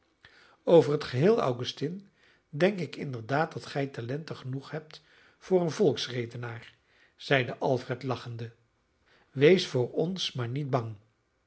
over het geheel augustine denk ik inderdaad dat gij talenten genoeg hebt voor een volksredenaar zeide alfred lachende wees voor ons maar niet bang